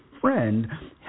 friend